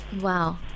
Wow